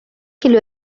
کیلو